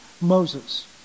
Moses